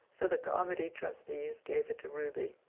so the carmody trustees gave it to ruby.